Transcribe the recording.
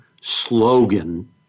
slogan